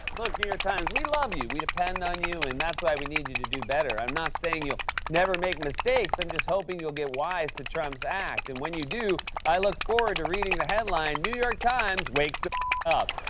look, new york times, we love you. we depend on you, and that's why we need you to do better. i'm not saying you'll never make mistakes, i'm just hoping you'll get wise to trump's act, and when you do, i look forward to reading the headline, new york times wakes the up.